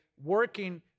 working